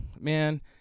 man